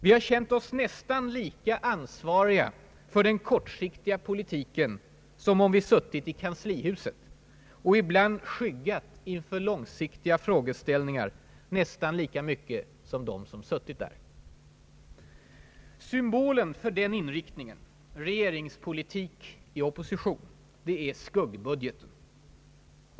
Vi har känt oss nästan lika ansvariga för den kortsiktiga politiken som om vi suttit i kanslihuset, och vi har ibland skyggat inför långsiktiga frågeställningar nästan lika mycket som de som befunnit sig där. Symbolen för den inriktningen, regeringspolitik i opposition, är skuggbudgeten.